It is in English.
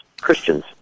Christians